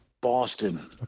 Boston